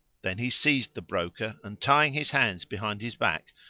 then he seized the broker and, tying his hands behind his back,